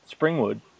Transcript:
Springwood